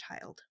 child